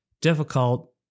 difficult